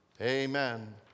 Amen